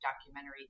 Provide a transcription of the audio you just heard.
documentary